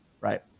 Right